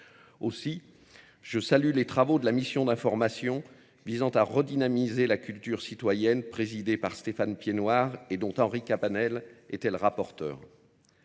Aussi, je salue les travaux de la mission d'information visant à redynamiser la culture citoyenne présidée par Stéphane Piénoir et dont Henri Cabanel était le rapporteur.